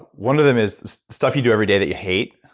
one of them is stuff you do every day that you hate.